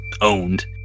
owned